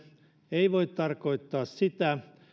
ei voi tarkoittaa sitä